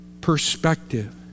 perspective